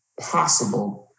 possible